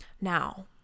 now